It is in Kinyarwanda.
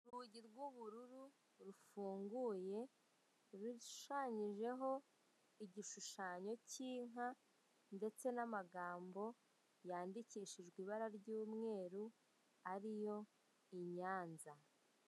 Urugi rw'ubururu rufunguye rushushanyijeho igishushanyo k'inka ndetse n'amagambo yandikishijwe ibara ry'umweru ariyo i Nyyanza.